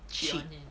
禽 leh